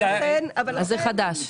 זה חדש.